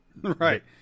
Right